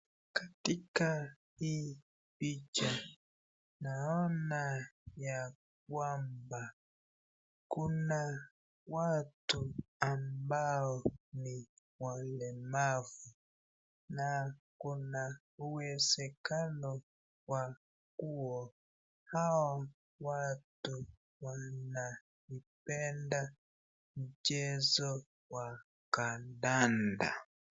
Katika hii picha naona ya kwamba kuna watu ambao ni walemavu na kuna uwezekano wa kuwa hao watu wanaipenda mchezo wa kandanda.